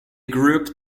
group